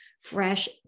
fresh